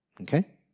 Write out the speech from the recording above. Okay